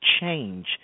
change